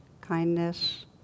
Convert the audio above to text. kindness